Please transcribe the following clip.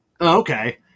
Okay